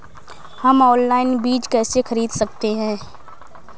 हम ऑनलाइन बीज कैसे खरीद सकते हैं?